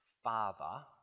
Father